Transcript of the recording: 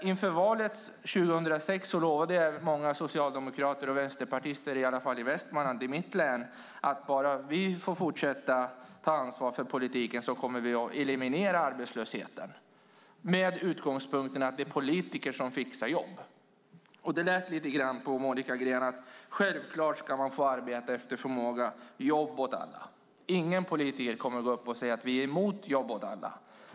Inför valet 2006 lovade många socialdemokrater och vänsterpartister, i alla fall i mitt län Västmanland, att om bara de fick fortsätta att ta ansvar för politiken skulle de eliminera arbetslösheten, med utgångspunkten att det är politiker som fixar jobb. Det lät lite grann på Monica Green som att man självklart ska få arbeta efter förmåga - jobb åt alla. Ingen politiker kommer att gå upp och säga att vi är emot jobb åt alla.